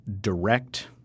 direct